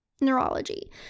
neurology